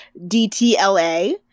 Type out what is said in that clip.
DTLA